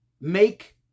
make